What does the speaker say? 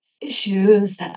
issues